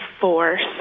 force